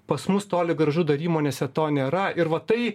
pas mus toli gražu dar įmonėse to nėra ir va tai